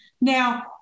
Now